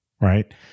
right